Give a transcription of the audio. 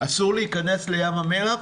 אסור להיכנס לים המלח?